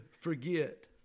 forget